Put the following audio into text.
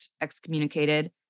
excommunicated